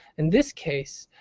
in this case,